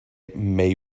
may